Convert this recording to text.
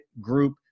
group